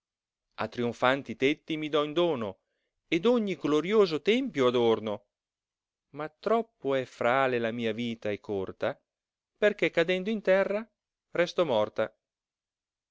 a trionfanti tetti mi do in dono ed ogni glorioso tempio adorno ma troppo è frale la mia vita e corta perchè cadendo in terra resto morta